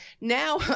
now